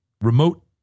remote